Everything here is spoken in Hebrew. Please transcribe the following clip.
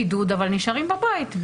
בבידוד אבל הם נשארים בבית.